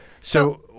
So-